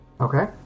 okay